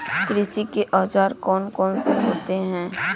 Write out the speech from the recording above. कृषि के औजार कौन कौन से होते हैं?